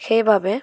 সেইবাবে